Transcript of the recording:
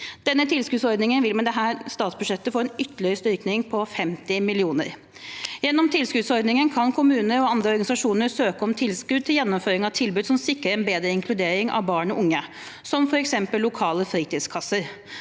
Denne tilskuddsordningen vil med dette statsbudsjettet få en ytterligere styrking på 50 mill. kr. Gjennom denne tilskuddordningen kan kommuner og andre organisasjoner søke om tilskudd til gjennomføring av tilbud som sikrer en bedre inkludering av barn og unge, som lokale fritidskasser.